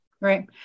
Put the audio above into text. Right